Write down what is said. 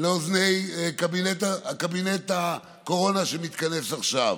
לאוזני קבינט הקורונה שמתכנס עכשיו.